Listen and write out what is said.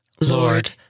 Lord